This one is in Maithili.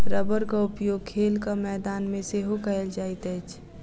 रबड़क उपयोग खेलक मैदान मे सेहो कयल जाइत अछि